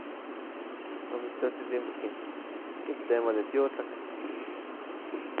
Huan mistontsitsin kin temoa de tiotlak